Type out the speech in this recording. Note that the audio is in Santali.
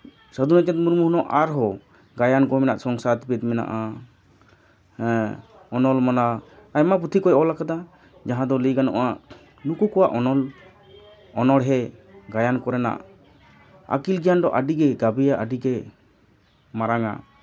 ᱥᱟᱹᱫᱷᱩ ᱨᱟᱢᱪᱟᱸᱫᱽ ᱢᱩᱨᱢᱩ ᱟᱨᱦᱚᱸ ᱜᱟᱭᱟᱱ ᱠᱚ ᱢᱮᱱᱟᱜᱼᱟ ᱥᱚᱝᱥᱟᱨ ᱯᱷᱮᱸᱫᱽ ᱢᱮᱱᱟᱜᱼᱟ ᱦᱮᱸ ᱚᱱᱚᱞ ᱢᱟᱞᱟ ᱟᱭᱢᱟ ᱯᱩᱛᱷᱤ ᱠᱚᱭ ᱚᱞ ᱠᱟᱫᱟ ᱡᱟᱦᱟᱸ ᱫᱚ ᱞᱟᱹᱭ ᱜᱟᱱᱚᱜᱼᱟ ᱩᱱᱠᱩ ᱠᱚᱣᱟᱜ ᱚᱱᱚᱞ ᱚᱱᱚᱲᱦᱮᱸ ᱜᱟᱭᱟᱱ ᱠᱚᱨᱮᱱᱟᱜ ᱟᱹᱠᱤᱞ ᱜᱮᱭᱟᱱ ᱫᱚ ᱟᱹᱰᱤᱜᱮ ᱜᱟᱵᱮᱭᱟ ᱟᱹᱰᱤᱜᱮ ᱢᱟᱨᱟᱝᱟ